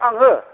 आङो